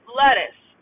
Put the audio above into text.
lettuce